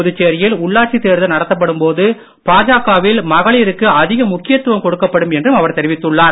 புதுச்சேரியில் உள்ளாட்சி தேர்தல் நடத்தப்படும் போது பாஜகவில் மகளிருக்கு அதிக முக்கியத்துவம் கொடுக்கப்படும் என்றும் அவர் தெரிவித்துள்ளார்